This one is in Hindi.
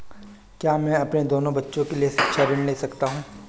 क्या मैं अपने दोनों बच्चों के लिए शिक्षा ऋण ले सकता हूँ?